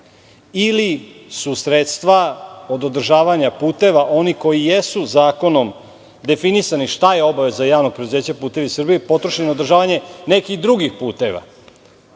ili su sredstva od održavanja puteva, oni koji jesu zakonom definisani šta je obaveza Javnog preduzeća "Putevi Srbije" potrošeni na održavanje nekih drugih puteva